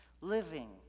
Living